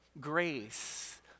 grace